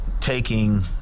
taking